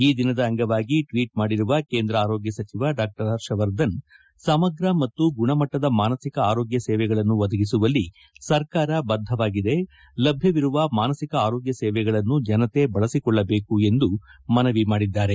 ಈ ದಿನದ ಅಂಗವಾಗಿ ಟ್ವೀಟ್ ಮಾಡಿರುವ ಕೇಂದ್ರ ಆರೋಗ್ಯ ಸಚಿವ ಡಾ ಹರ್ಷವರ್ಧನ್ ಸಮಗ್ರ ಮತ್ತು ಗುಣಮಟ್ಟದ ಮಾನಸಿಕ ಆರೋಗ್ಯ ಸೇವೆಗಳನ್ನು ಒದಗಿಸುವಲ್ಲಿ ಸರ್ಕಾರ ಬದ್ಧವಾಗಿದೆ ಲಭ್ಯವಿರುವ ಮಾನಸಿಕ ಆರೋಗ್ಯ ಸೇವೆಗಳನ್ನು ಜನತೆ ಬಳಸಿಕೊಳ್ಳಬೇಕು ಎಂದು ಅವರು ಮನವಿ ಮಾಡಿದ್ದಾರೆ